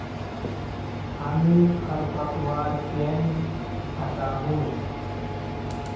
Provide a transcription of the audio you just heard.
हामी खरपतवार केन न हटामु